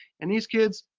and these kids,